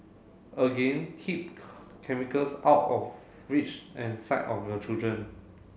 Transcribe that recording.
again keep chemicals out of reach and sight of your children